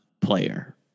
player